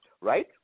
right